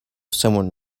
someone